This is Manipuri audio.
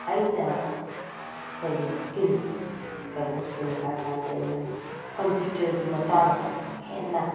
ꯑꯩꯅ ꯑꯩꯈꯣꯏꯒꯤ ꯁ꯭ꯀꯤꯟ ꯀꯔꯝꯕ ꯁ꯭ꯀꯤꯜꯅꯣ ꯍꯥꯏꯔꯀꯥꯟꯗ ꯑꯩꯅ ꯀꯝꯄ꯭ꯌꯨꯇ꯭ꯔꯒꯤ ꯃꯇꯥꯡꯗ ꯍꯦꯟꯅ